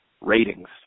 ratings